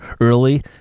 early